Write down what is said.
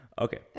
Okay